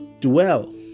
dwell